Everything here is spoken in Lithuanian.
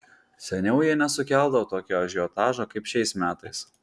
seniau jie nesukeldavo tokio ažiotažo kaip šiais metais